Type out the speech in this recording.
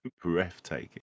Breathtaking